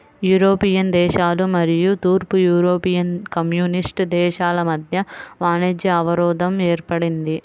European దేశాలు మరియు తూర్పు యూరోపియన్ కమ్యూనిస్ట్ దేశాల మధ్య వాణిజ్య అవరోధం ఏర్పడింది